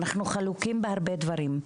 אנחנו חלוקים בהרבה דברים,